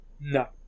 no